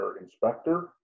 inspector